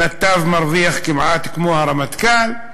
נתב מרוויח כמעט כמו הרמטכ"ל,